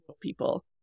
people